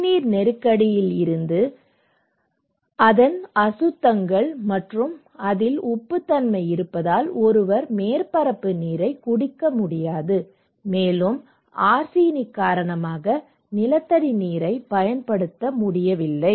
குடிநீர் நெருக்கடியில் இருந்தது அதன் அசுத்தங்கள் மற்றும் அதில் உப்புத்தன்மை இருப்பதால் ஒருவர் மேற்பரப்பு நீரைக் குடிக்க முடியாது மேலும் ஆர்சனிக் காரணமாக நிலத்தடி நீரைப் பயன்படுத்த முடியவில்லை